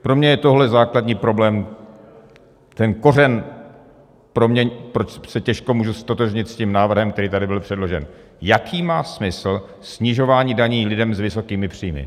Pro mě je tohle základní problém, ten kořen pro mě, proč se těžko můžu ztotožnit s tím návrhem, který tady byl předložen, jaký má smysl snižování daní lidem s vysokými příjmy.